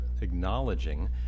acknowledging